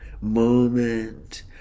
moment